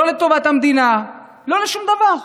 לא לטובת המדינה, לא לשום דבר.